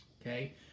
Okay